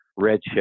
Redshift